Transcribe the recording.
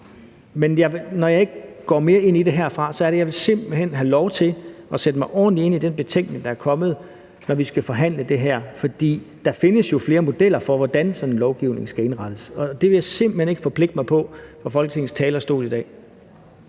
men når jeg ikke går mere ind i det herfra, er det, fordi jeg simpelt hen vil have lov til at sætte mig ordentligt ind i den betænkning, der er kommet, når vi skal forhandle det her. For der findes jo flere modeller for, hvordan sådan en lovgivning kan indrettes. Det vil jeg simpelt hen ikke forpligte mig på fra Folketingets talerstol i dag.